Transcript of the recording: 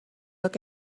look